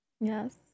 Yes